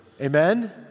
Amen